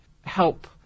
help